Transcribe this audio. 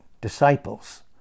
disciples